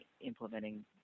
implementing